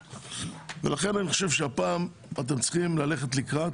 לכן אני חושב שהפעם אתם צריכים ללכת לקראת